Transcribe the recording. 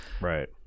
right